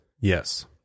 yes